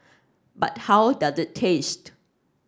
but how does it taste